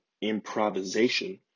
improvisation